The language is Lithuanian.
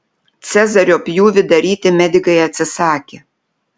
cezario pjūvį daryti medikai atsisakė